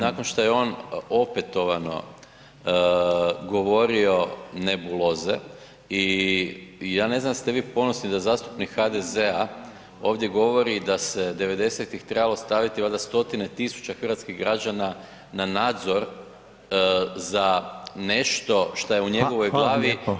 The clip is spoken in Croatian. nakon što je on opetovano govorio nebuloze i ja ne znam jeste vi ponosni da zastupnik HDZ-a ovdje govori da se 90-ih trebali staviti valjda stotine tisuća hrvatskih građana na nadzor za nešto što je u njegovoj glavi